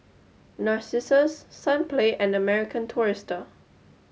Narcissus Sunplay and American Tourister